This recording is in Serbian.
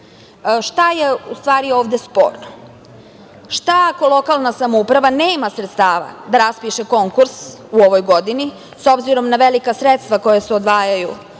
je u stvari ovde sporno? Šta ako lokalna samouprava nema sredstava da raspiše konkurs u ovoj godini, s obzirom na velika sredstva koja se odvajaju i za